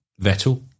Vettel